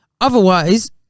Otherwise